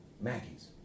Maggie's